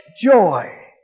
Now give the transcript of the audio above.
joy